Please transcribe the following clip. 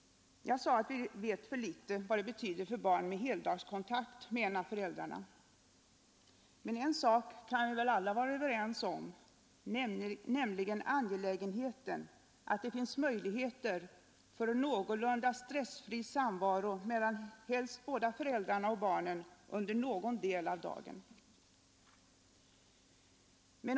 Jag sade att vi vet för litet om vad det betyder för barn med heldagskontakt med en av föräldrarna. Men en sak kan vi väl alla vara överens om, nämligen angelägenheten av att det finns möjligheter för någorlunda stressfri samvaro mellan helst båda föräldrarna och barnen under någon del av dagen.